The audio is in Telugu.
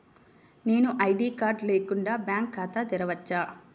నేను ఐ.డీ కార్డు లేకుండా బ్యాంక్ ఖాతా తెరవచ్చా?